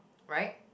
right